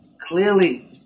clearly